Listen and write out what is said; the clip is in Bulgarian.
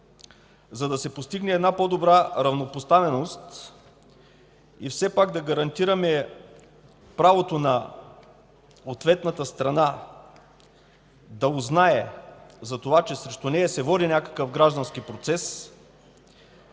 за да се постигне по-добра равнопоставеност и все пак да гарантираме правото на ответната страна да узнае, че срещу нея се води някакъв граждански процес,